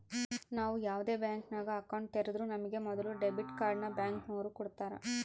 ನಾವು ಯಾವ್ದೇ ಬ್ಯಾಂಕಿನಾಗ ಅಕೌಂಟ್ ತೆರುದ್ರೂ ನಮಿಗೆ ಮೊದುಲು ಡೆಬಿಟ್ ಕಾರ್ಡ್ನ ಬ್ಯಾಂಕಿನೋರು ಕೊಡ್ತಾರ